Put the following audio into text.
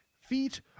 feet